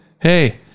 hey